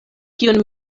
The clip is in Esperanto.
kiun